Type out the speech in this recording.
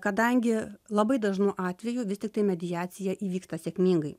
kadangi labai dažnu atveju vis tiktai mediacija įvyksta sėkmingai